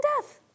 death